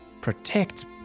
protect